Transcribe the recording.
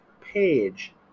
page